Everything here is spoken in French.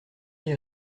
les